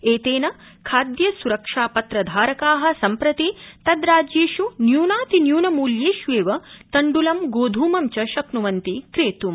एतेन खाद्य स्रक्षा पत्र धारका सम्प्रति तद्राज्येष् न्यूनातिन्यूनमूल्येषु एव तण्डुलं गोधूमं च शक्नुवन्ति क्रेतुम्